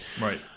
right